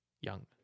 young